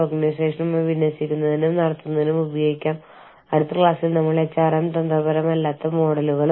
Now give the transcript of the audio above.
ഓർഗനൈസേഷന്റെ ആഗോള ലക്ഷ്യങ്ങൾ മികച്ച രീതിയിൽ നടപ്പിലാക്കുന്നതിന് സ്വയം വളരേണ്ടത്തിന്റെ പ്രാധാന്യം മനസ്സിലാക്കുകയും വിലമതിക്കുകയും ചെയ്യുക